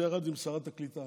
זה ביחד עם שרת הקליטה,